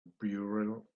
burial